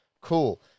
cool